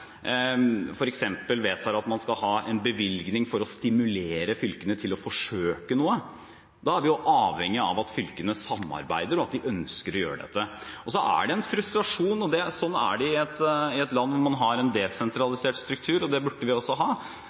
vedtar at man skal ha en bevilgning for å stimulere fylkene til å forsøke noe. Da er vi avhengig av at fylkene samarbeider, og at de ønsker å gjøre dette. Og så er det en frustrasjon – sånn er det i et land hvor man har en desentralisert struktur, og det burde vi også ha